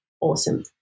awesome